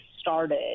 started